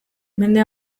mende